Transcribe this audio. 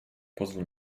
pozwól